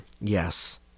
Yes